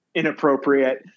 inappropriate